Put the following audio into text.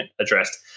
addressed